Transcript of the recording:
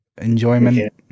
enjoyment